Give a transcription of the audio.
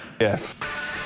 Yes